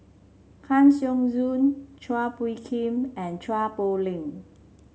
Kang Siong Joo Chua Phung Kim and Chua Poh Leng